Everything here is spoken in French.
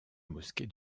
mosquée